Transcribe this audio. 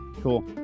Cool